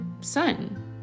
son